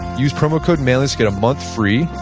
use promo code manliness, get a month free.